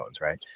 right